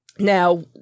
Now